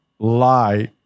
lie